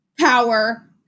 power